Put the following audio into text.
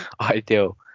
Ideal